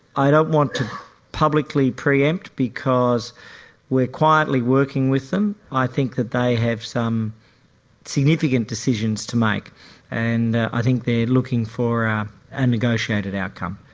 i don't want to publicly pre-empt because we're quietly working with them, i think that they have some significant decisions to make and i think they're looking for a negotiated outcome.